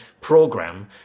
program